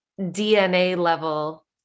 DNA-level